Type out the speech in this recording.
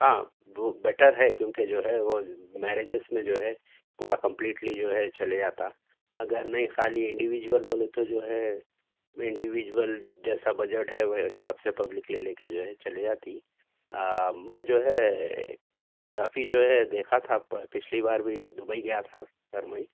ہاں وہ بیٹر ہے کیونکہ جو ہے وہ میریجیز میں جو ہے پورا کمپلیٹلی جو ہے چلے آتا اگر میں خالی انڈیویزول بولے تو جو ہے انڈیویزول جیسا بجٹ ہے وہ حساب سے پبلک لے لے کے جو ہے چلے جاتی میں جو ہے کافی جو ہے دیکھا تھا پچھلی بار بھی دبئی گیا تھا سر میں